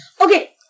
Okay